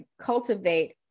cultivate